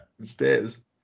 stairs